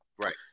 Right